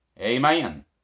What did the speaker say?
amen